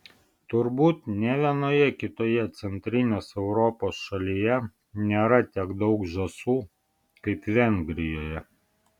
turbūt nė vienoje kitoje centrinės europos šalyje nėra tiek daug žąsų kaip vengrijoje